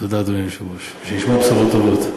תודה, אדוני היושב-ראש, ושנשמע בשורות טובות.